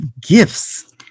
gifts